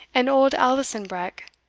and old alison breck,